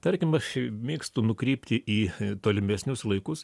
tarkim aš mėgstu nukrypti į tolimesnius laikus